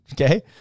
Okay